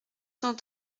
cent